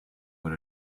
what